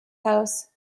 house